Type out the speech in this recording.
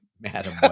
Madam